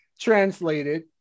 translated